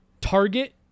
target